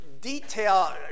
detail